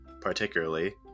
particularly